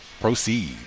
proceed